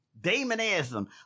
Demonism